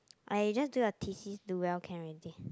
!aiya! just do your thesis do well can already